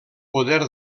poder